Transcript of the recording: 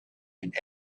and